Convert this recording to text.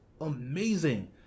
amazing